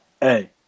Hey